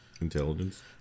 Intelligence